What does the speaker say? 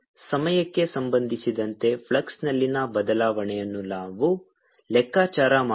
ಆದ್ದರಿಂದ ಸಮಯಕ್ಕೆ ಸಂಬಂಧಿಸಿದಂತೆ ಫ್ಲಕ್ಸ್ನಲ್ಲಿನ ಬದಲಾವಣೆಯನ್ನು ನಾವು ಲೆಕ್ಕಾಚಾರ ಮಾಡೋಣ